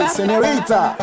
Senorita